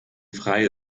frei